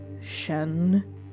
Shen